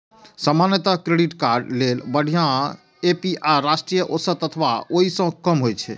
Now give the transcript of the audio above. सामान्यतः credit card लेल बढ़िया ए.पी.आर राष्ट्रीय औसत अथवा ओइ सं कम होइ छै